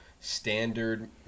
standard